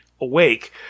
awake